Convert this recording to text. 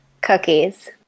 Cookies